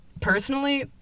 Personally